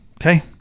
Okay